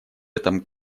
этом